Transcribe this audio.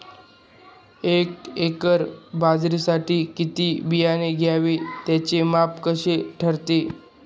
एका एकर बाजरीसाठी किती बियाणे घ्यावे? त्याचे माप कसे ठरते?